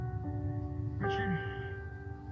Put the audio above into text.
Richard